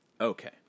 Okay